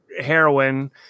heroin